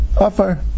offer